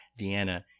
Deanna